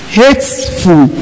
hateful